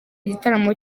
igitaramo